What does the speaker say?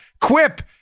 Quip